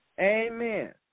Amen